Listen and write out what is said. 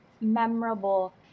memorable